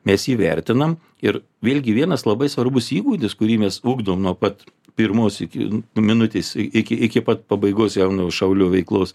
mes įvertinam ir vėlgi vienas labai svarbus įgūdis kurį mes ugdom nuo pat pirmos iki minutės iki iki pat pabaigos jaunojo šaulio veiklos